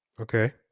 Okay